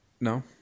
No